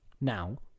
Now